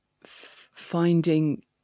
finding